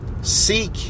Seek